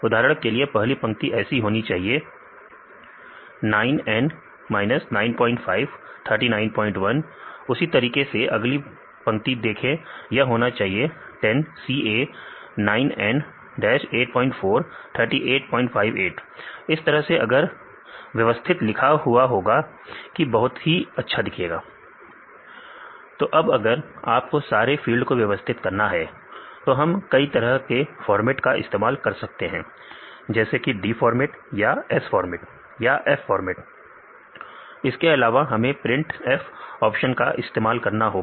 उदाहरण के लिए पहली पंक्ति ऐसी होनी चाहिए 9 N 95 391 उसी तरीके से अगर अगली पंक्ति देखें तो अब अगर आपको सारे फील्ड को व्यवस्थित करना है तो हम कई तरह के फॉर्मेट का इस्तेमाल कर सकते हैं जैसे कि डी फॉर्मेट या एस फॉर्मेट या f फॉर्मेट इसके अलावा हमें प्रिंट ऑप्शन का इस्तेमाल करना होगा